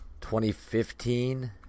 2015